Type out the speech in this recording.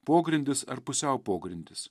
pogrindis ar pusiau pogrindis